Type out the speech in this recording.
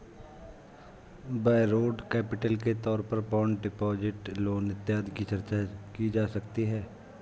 borrowed capital के तौर पर बॉन्ड डिपॉजिट लोन इत्यादि की चर्चा की जा सकती है